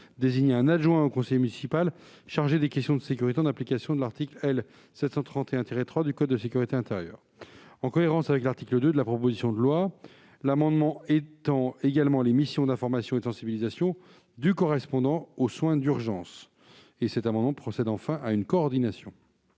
désigné un adjoint ou un conseiller municipal chargé des questions de sécurité en application de l'article L. 731-3 du code de la sécurité intérieure. En cohérence avec l'article 2 de la proposition de loi, cet amendement a également pour objet d'étendre les missions d'information et de sensibilisation du correspondant aux soins d'urgence. Enfin, il vise à procéder à une coordination.